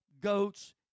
goats